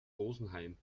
rosenheim